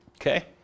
Okay